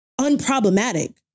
unproblematic